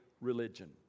religion